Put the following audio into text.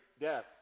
death